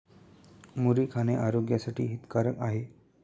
मुरी खाणे आरोग्यासाठी हितकारक आहे